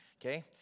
okay